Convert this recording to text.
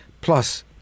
plus